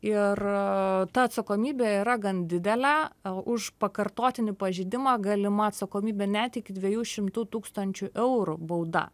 ir ta atsakomybė yra gan didelė už pakartotinį pažeidimą galima atsakomybė net iki dviejų šimtų tūkstančių eurų bauda